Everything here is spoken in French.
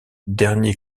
dernier